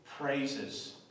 Praises